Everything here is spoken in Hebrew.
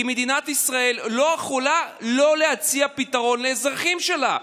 כי מדינת ישראל לא יכולה שלא להציע פתרון לאזרחים שלה.